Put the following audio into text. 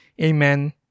Amen